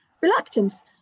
reluctance